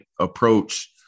approach